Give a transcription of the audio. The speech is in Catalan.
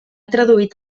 traduït